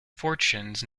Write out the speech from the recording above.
fortunes